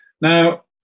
Now